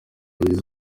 inzozi